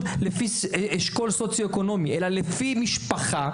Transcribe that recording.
לפי אשכול סוציו אקונומי אלא לפי משפחה,